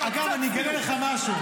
אבל קצת צניעות.